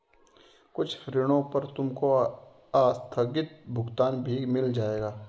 कुछ ऋणों पर तुमको आस्थगित भुगतान भी मिल जाएंगे